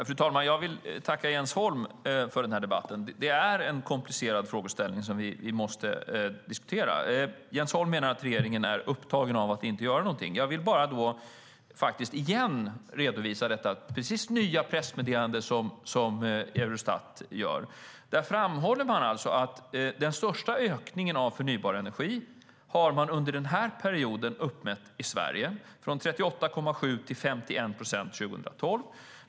Fru talman! Jag vill tacka Jens Holm för debatten. Det är en komplicerad frågeställning, som vi måste diskutera. Jens Holm menar att regeringen är upptagen av att inte göra någonting. Jag vill då bara igen redovisa det nya pressmeddelandet från Eurostat. Där framhåller man alltså att den största ökningen av förnybar energi under denna period har uppmätts i Sverige, från 38,7 till 51 procent.